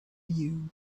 you